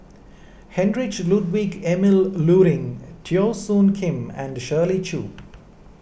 Heinrich Ludwig Emil Luering Teo Soon Kim and Shirley Chew